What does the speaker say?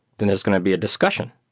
then it's going to be a discussion.